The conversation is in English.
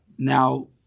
Now